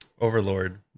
Overlord